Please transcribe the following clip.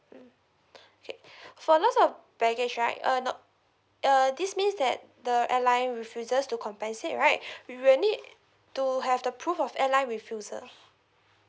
mm okay for lost of baggage right uh not uh this means that the airline refuses to compensate right we will need to have the proof of airline refusal